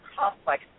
complex